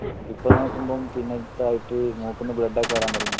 അത് ഇപ്പം നോക്കുമ്പം പിന്നെ ഇപ്പം ആയിട്ട് മൂക്കിൽനിന്ന് ബ്ലഡൊക്കെ വരാൻ തുടങ്ങി